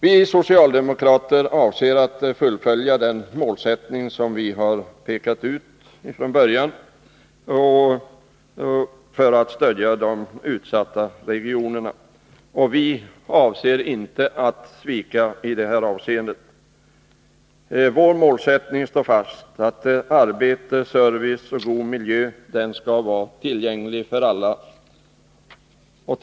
Vi socialdemokrater avser att fullfölja den målsättning som vi från början har pekat ut för att stödja de utsatta regionerna, och vi ämnar inte svika i det avseendet. Vår målsättning att arbete, service och god miljö skall vara tillgängliga för alla ligger fast.